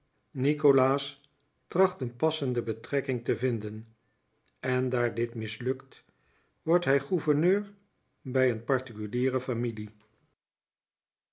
nikolaas tracht een passende betrekking te vinden en daar dit mislukt wordt hij gouverneur bij een particuliere familie